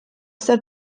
zer